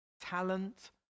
talent